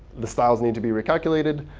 the styles need to be recalculated.